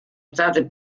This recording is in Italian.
state